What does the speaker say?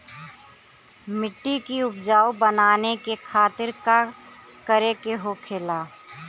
मिट्टी की उपजाऊ बनाने के खातिर का करके होखेला?